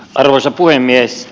arvoisa puhemies